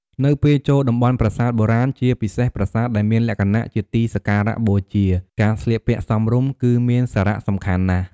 នៅពេលចូលតំបន់ប្រាសាទបុរាណ ជាពិសេសប្រាសាទដែលមានលក្ខណៈជាទីសក្ការៈបូជា ការស្លៀកពាក់សមរម្យគឺមានសារៈសំខាន់ណាស់។